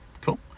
cool